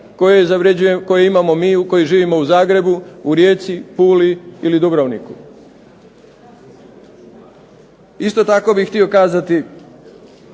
koje imamo mi koji živimo u Zagrebu, u Rijeci, Puli ili Dubrovniku. Isto tako bih htio kazati